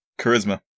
Charisma